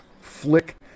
Flick